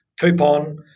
coupon